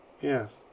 Yes